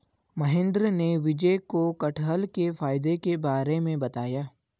महेंद्र ने विजय को कठहल के फायदे के बारे में बताया